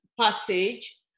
passage